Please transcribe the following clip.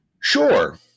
Sure